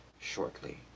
shortly